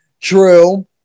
true